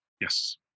Yes